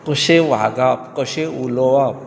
कशें वागप कशें उलोवप